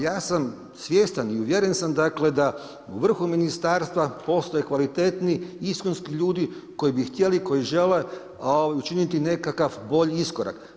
Ja sam svjestan i uvjeren sam dakle, da u vrhu Ministarstva postoje kvalitetni istinski ljudi koji bi htjeli, koji žele učiniti nekakav bolji iskorak.